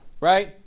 Right